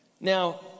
Now